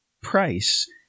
price